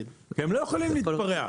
הם לא יכולים להתפרע.